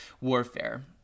warfare